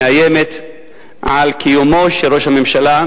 מאיימת על קיומו של ראש הממשלה,